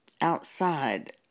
outside